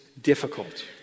difficult